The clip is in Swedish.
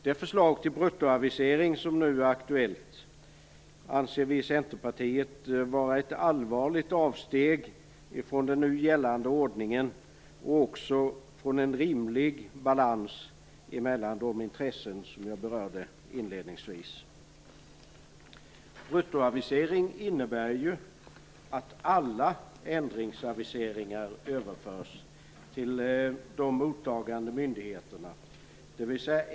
Det förslag till bruttoavisering som nu är aktuellt anser vi i Centerpartiet vara ett allvarligt avsteg från den nu gällande ordningen och från en rimlig balans mellan de intressen som jag inledningsvis berörde.